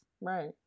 Right